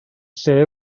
lle